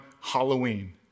Halloween